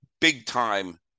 big-time